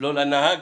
- לא לנהג,